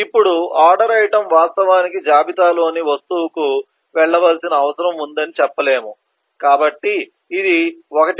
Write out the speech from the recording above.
ఇప్పుడు order item వాస్తవానికి జాబితాలోని వస్తువుకు వెళ్లవలసిన అవసరం ఉందని చెప్పలేము కాబట్టి ఇది 1